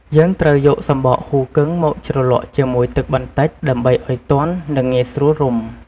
យើងត្រូវយក សំបកហ៊ូគឹង មកជ្រលក់ជាមួយទឹកបន្តិច ដើម្បីឱ្យទន់ ហើយងាយស្រួលរុំ។